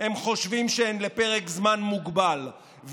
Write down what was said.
הם חושבים שהן לפרק זמן מוגבל,